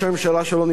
שלא נמצא פה,